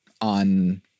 on